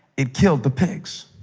it killed the pigs.